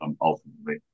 ultimately